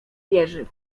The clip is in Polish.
wieży